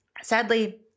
Sadly